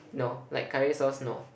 no like curry sauce no